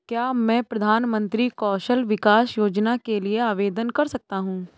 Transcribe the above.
क्या मैं प्रधानमंत्री कौशल विकास योजना के लिए आवेदन कर सकता हूँ?